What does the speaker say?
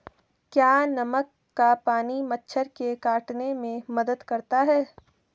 क्या नमक का पानी मच्छर के काटने में मदद करता है?